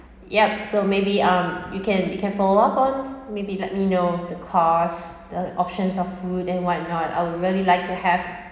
yup so maybe um you can you can follow up on maybe let me know the costs the options of food and what not I would really like to have